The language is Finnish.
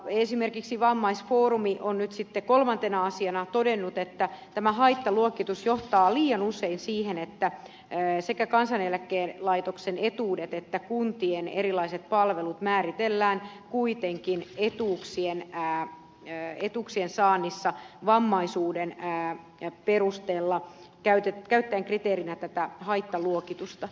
esimerkiksi vammaisfoorumi on nyt sitten kolmantena asiana todennut että tämä haittaluokitus johtaa liian usein siihen että sekä kansaneläkelaitoksen etuudet että kuntien erilaiset palvelut määritellään kuitenkin etuuksien saannissa vammaisuuden perusteella käyttäen kriteerinä tätä haittaluokitusta